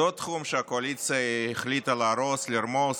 זה עוד תחום שהקואליציה החליטה להרוס, לרמוס,